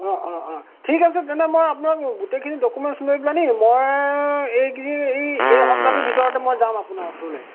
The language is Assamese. অঁ অঁ অঁ ঠিক আছে তেন্তে মই আপোনাক গোটেইখিনি ডকুমেণ্টছ লৈ পিলানি মই এইকেইদিন এই এই সপ্তাহটোৰ ভিতৰত মই যাম আপোনাৰ ওচৰলৈ